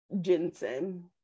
jensen